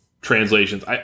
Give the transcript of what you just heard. translations